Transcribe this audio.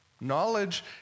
Knowledge